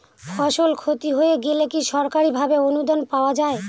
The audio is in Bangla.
ফসল ক্ষতি হয়ে গেলে কি সরকারি ভাবে অনুদান পাওয়া য়ায়?